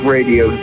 Radio